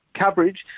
coverage